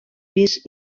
pis